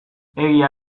egia